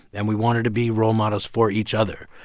and we wanted to be role models for each other.